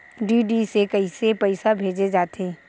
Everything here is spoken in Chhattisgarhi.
डी.डी से कइसे पईसा भेजे जाथे?